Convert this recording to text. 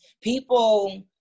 people